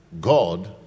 God